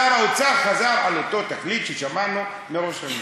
שר האוצר חזר על אותו תקליט ששמענו מראש הממשלה.